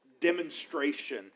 demonstration